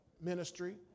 ministry